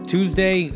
Tuesday